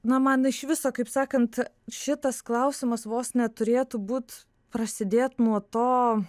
na man iš viso kaip sakant šitas klausimas vos neturėtų būt prasidėt nuo to